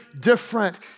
different